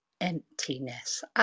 emptiness